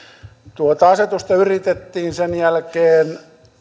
tuota asetusta yritettiin sen jälkeen